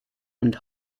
and